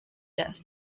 death